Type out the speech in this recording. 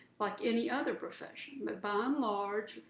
like any other profession, but, by and large,